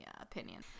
opinion